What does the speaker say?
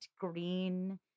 green